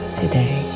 today